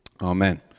Amen